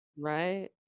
Right